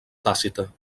tàcita